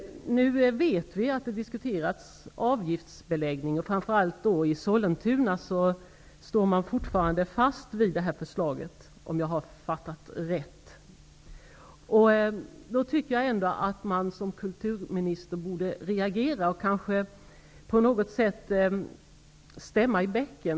Nu vet vi att det förekommer diskussioner om avgiftsbeläggning, och framför allt i Sollentuna står man, om jag har fattat det rätt, fortfarande fast vid förslaget. Jag tycker då att Birgit Friggebo som kulturminister borde reagera och på något sätt stämma i bäcken.